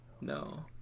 No